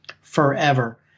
forever